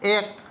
এক